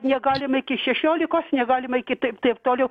negalima iki šešiolikos negalima iki taip taip toliau